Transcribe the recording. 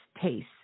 taste